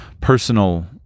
personal